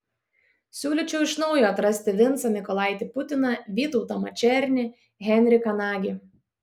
siūlyčiau iš naujo atrasti vincą mykolaitį putiną vytautą mačernį henriką nagį